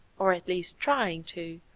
or at least trying to.